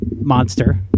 monster